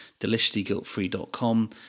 deliciouslyguiltfree.com